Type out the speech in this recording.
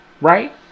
right